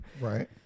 Right